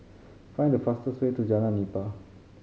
find the fastest way to Jalan Nipah